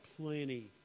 plenty